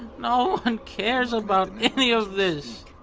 no one cares about any of this!